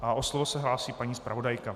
O slovo se hlásí paní zpravodajka.